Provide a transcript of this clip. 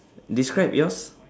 describe yours